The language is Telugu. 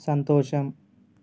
సంతోషం